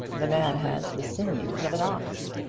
the man has the sinews of an ox.